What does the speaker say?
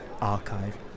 archive